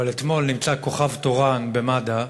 אבל אתמול נמצא כוכב תורן במד"א,